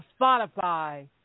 Spotify